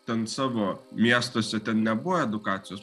ten savo miestuose ten nebuvo edukacijos